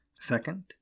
Second